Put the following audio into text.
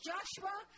Joshua